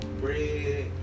bread